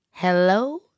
Hello